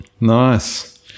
Nice